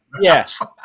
yes